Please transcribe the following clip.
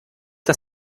das